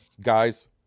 guys